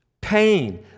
pain